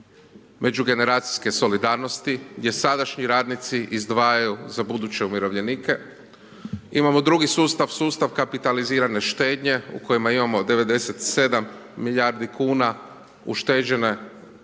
međugeneracijske solidarnosti gdje sadašnji radnici izdvajaju za buduće umirovljenike. Imamo drugi sustav, sustav kapitalizirane štednje u kojima imamo 97 milijardi kuna ušteđevine